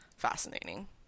fascinating